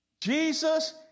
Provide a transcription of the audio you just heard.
Jesus